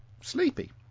sleepy